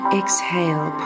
exhale